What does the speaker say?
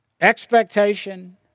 Expectation